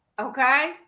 okay